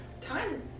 time